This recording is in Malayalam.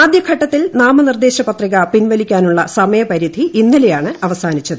ആദ്യഘട്ടത്തിൽ നാമനിർദ്ദേശ പത്രിക പിൻവലിക്കാനുള്ള സമയപരിധി ഇന്നലെയാണ് അവസാനിച്ചത്